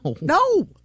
No